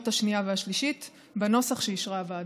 השנייה והשלישית בנוסח שאישרה הוועדה.